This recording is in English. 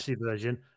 version